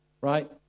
right